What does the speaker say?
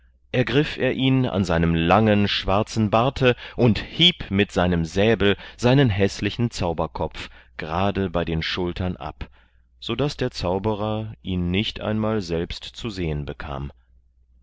ergriff er ihn an seinem langen schwarzen barte und hieb mit seinem säbel seinen häßlichen zauberkopf gerade bei den schultern ab sodaß der zauberer ihn nicht einmal selbst zu sehen bekam